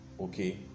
okay